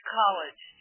college